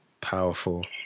Powerful